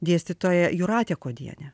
dėstytoja jūratę kuodienę